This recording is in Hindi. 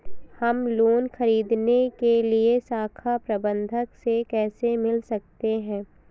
हम लोन ख़रीदने के लिए शाखा प्रबंधक से कैसे मिल सकते हैं?